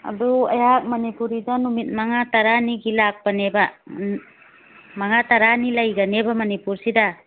ꯑꯗꯨ ꯑꯩꯍꯥꯛ ꯃꯅꯤꯄꯨꯔꯤꯗ ꯅꯨꯃꯤꯠ ꯃꯉꯥ ꯇꯔꯥꯅꯤꯒꯤ ꯂꯥꯛꯄꯅꯦꯕ ꯃꯉꯥ ꯇꯔꯥꯅꯤ ꯂꯩꯒꯅꯦꯕ ꯃꯅꯤꯄꯨꯔꯁꯤꯗ